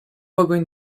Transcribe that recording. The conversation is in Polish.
pogoń